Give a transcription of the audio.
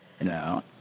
no